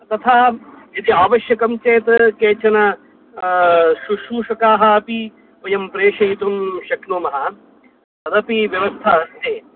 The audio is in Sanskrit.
तथा यदि आवश्यकं चेत् केचन शुश्रूषकाः अपि वयं प्रेषयितुं शक्नुमः तदपि व्यवस्था अस्ति